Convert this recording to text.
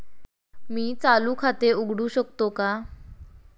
मी चालू खाते उघडू शकतो का?